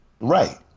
Right